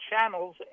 channels